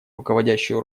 руководящую